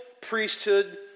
priesthood